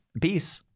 Peace